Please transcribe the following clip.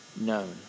known